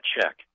check